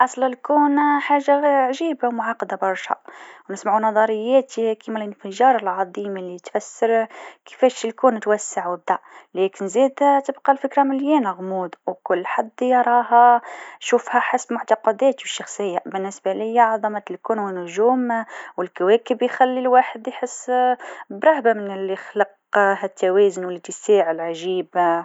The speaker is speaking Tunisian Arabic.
أصل الكون موضوع معقد. شخصيًا، أؤمن بالنظرية العلمية، اللي تقول إن الكون بدأ من انفجار عظيم. لكن زادة، عندي فضول حول الأمور الروحية. ما نجمش نقول عندي إجابة نهائية.